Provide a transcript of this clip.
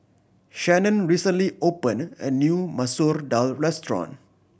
Shannon recently opened a new Masoor Dal restaurant